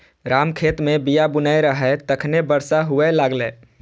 राम खेत मे बीया बुनै रहै, तखने बरसा हुअय लागलै